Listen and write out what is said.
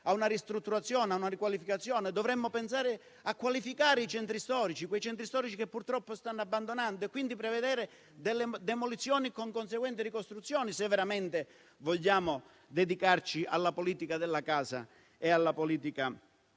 a una ristrutturazione, a una riqualificazione. Dovremmo pensare a qualificare i centri storici, quei centri storici che purtroppo si stanno abbandonando, prevedendo delle demolizioni con conseguente ricostruzioni, se veramente vogliamo dedicarci alla politica della casa e alla politica